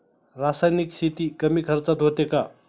रासायनिक शेती कमी खर्चात होते का?